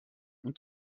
und